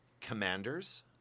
commanders